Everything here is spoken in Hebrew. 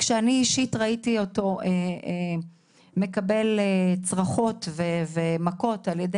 כשאני אישית ראיתי אותו מקבל צרחות ומכות על ידי